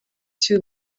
two